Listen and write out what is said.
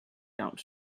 out